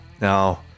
Now